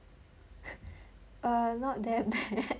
err not that bad